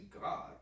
God